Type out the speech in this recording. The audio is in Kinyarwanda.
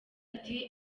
ati